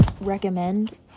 recommend